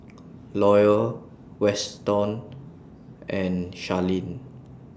Lorie Weston and Sharleen